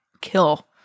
kill